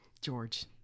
George